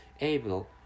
able